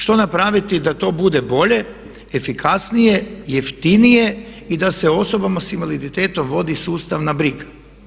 Što napraviti da to bude bolje, efikasnije, jeftinije i da se osobama sa invaliditetom vodi sustavna briga.